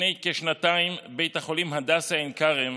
שלפני כשנתיים בית החולים הדסה עין כרם